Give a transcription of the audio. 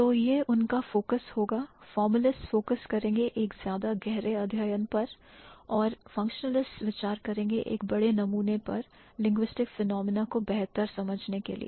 तो यह उनका फोकस होगा formalists फोकस करेंगे एक ज्यादा गहरे अध्ययन पर और functionalists विचार करेंगे एक बड़े नमूने पर linguistic phenomena को बेहतर समझने के लिए